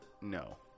No